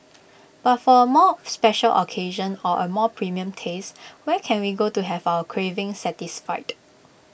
but for A more special occasion or A more premium taste where can we go to have our craving satisfied